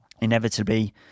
inevitably